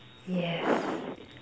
yes